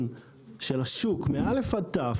שהתכנון של השוק מא' עד ת'